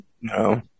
No